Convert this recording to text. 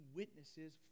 witnesses